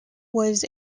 was